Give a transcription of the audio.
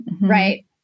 Right